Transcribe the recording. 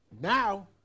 Now